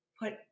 put